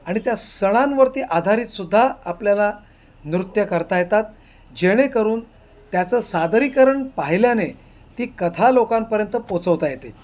आणि त्या सणांवरती आधारित सुद्धा आपल्याला नृत्य करता येतात जेणेकरून त्याचं सादरीकरण पाहिल्याने ती कथा लोकांपर्यंत पोचवता येते